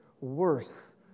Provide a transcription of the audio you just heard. worse